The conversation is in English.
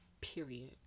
period